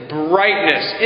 brightness